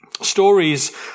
Stories